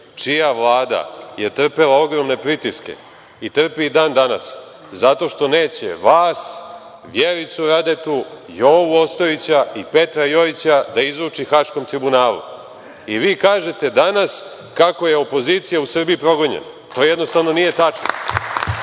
čija Vlada je trpela ogromne pritiske i trpi i dan-danas zato što neće vas, Vjericu Radetu, Jovu Ostojića i Petra Jojića da izruči Haškom tribunalu? Vi kažete danas kako je opozicija u Srbiji progonjena. To jednostavno nije tačno. Druga